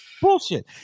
bullshit